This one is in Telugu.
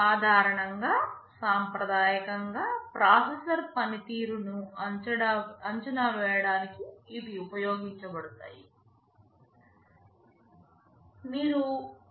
సాధారణం గా సాంప్రదాయకం గా ప్రాసెసర్ పనితీరును అంచనా వేయడానికి ఇవి ఉపయోగించబడతాయి